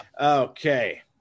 okay